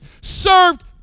served